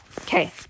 Okay